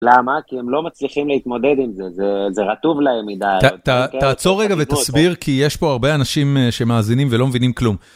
למה? כי הם לא מצליחים להתמודד עם זה, זה רטוב להם מדי. תעצור רגע ותסביר כי יש פה הרבה אנשים שמאזינים ולא מבינים כלום.